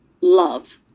love